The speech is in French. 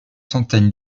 centaines